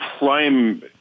prime